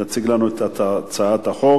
מנת שתציג לנו את הצעת החוק.